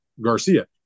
Garcia